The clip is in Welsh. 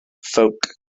ffowc